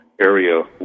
area